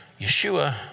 Yeshua